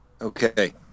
Okay